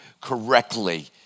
correctly